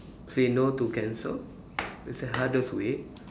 say no to cancer it's the hardest way